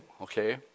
okay